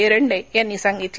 एरंडे यांनी सांगितलं